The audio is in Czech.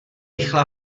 rychle